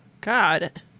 God